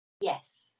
Yes